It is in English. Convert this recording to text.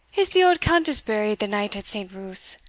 is the auld countess buried the night at st. ruth's?